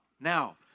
Now